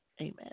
Amen